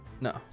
No